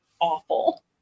Awful